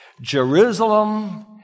Jerusalem